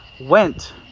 went